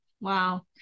Wow